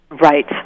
Right